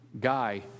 guy